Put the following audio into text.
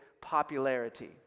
popularity